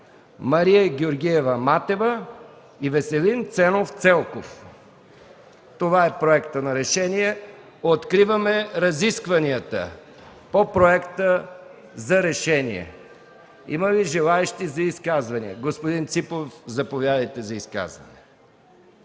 Мария Георгиева Матева Веселин Ценов Целков.” Това е проектът на решение. Откривам разискванията по Проекта за решение. Има ли желаещи за изказвания? Заповядайте за изказване,